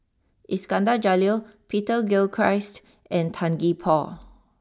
Iskandar Jalil Peter Gilchrist and Tan Gee Paw